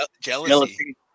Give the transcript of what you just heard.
jealousy